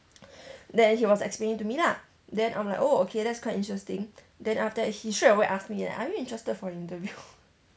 then he was explaining to me lah then I'm like oh okay that's quite interesting then after that he straightaway ask me leh are you interested for an interview